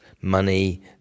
money